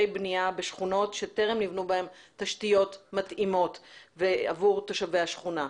בנייה בשכונות שטרם נבנו בהן תשתיות מתאימות עבור תושבי השכונה.